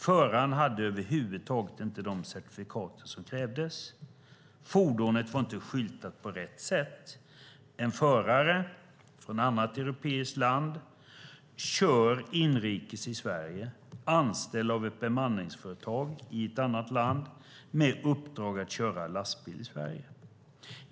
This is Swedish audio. Föraren hade över huvud taget inte de certifikat som krävdes. Fordonet var inte skyltat på rätt sätt. En förare från ett annat europeiskt land kör inrikes i Sverige, anställd av ett bemanningsföretag i ett annat land med uppdrag att köra lastbil i Sverige.